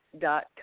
dot